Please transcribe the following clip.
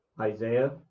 Isaiah